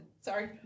Sorry